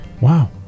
wow